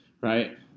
right